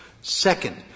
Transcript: Second